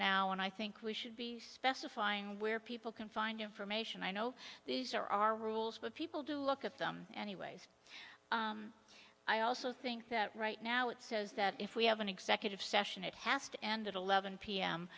now and i think we should be specifying where people can find information i know these are our rules but people do look at them anyways i also think that right now it says that if we have an executive session it has to end at eleven p